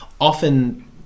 often